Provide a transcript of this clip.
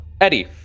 Eddie